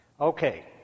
Okay